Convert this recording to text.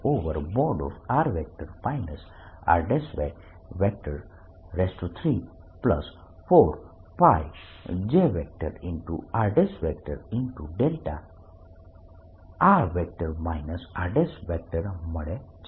r r|r r|3 4π Jr δr r મળે છે